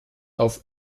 auf